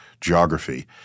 geography